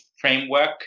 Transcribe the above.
framework